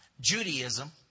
Judaism